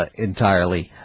ah entirely